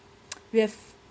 we have